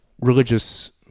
religious